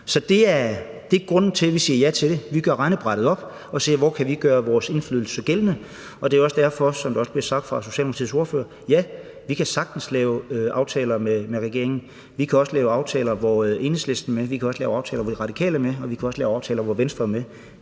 Så det er grunden til, at vi siger ja til det. Vi gør regnebrættet op og ser på, hvor vi kan gøre vores indflydelse gældende, og det er også derfor, som det også blev sagt af Socialdemokratiets ordfører, at vi sagtens kan lave aftaler med regeringen. Vi kan også lave aftaler, hvor Enhedslisten og De Radikale er med, og vi kan også lave aftaler, hvor Venstre er